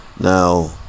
Now